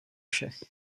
všech